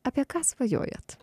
apie ką svajojat